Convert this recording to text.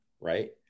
Right